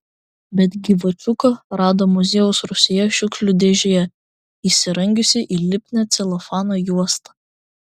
bet gyvačiuką rado muziejaus rūsyje šiukšlių dėžėje įsirangiusį į lipnią celofano juostą